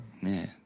man